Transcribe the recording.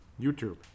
YouTube